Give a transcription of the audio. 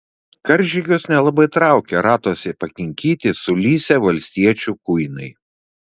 karžygius nelabai traukė ratuose pakinkyti sulysę valstiečių kuinai